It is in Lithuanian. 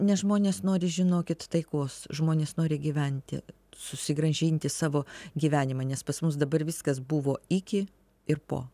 nes žmonės nori žinokit taikos žmonės nori gyventi susigrąžinti savo gyvenimą nes pas mus dabar viskas buvo iki ir po